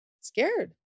scared